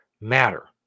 matter